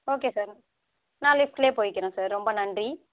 okay sir நான் லிஃப்ட்லே போய்க்கிறேன் சார் ரொம்ப நன்றி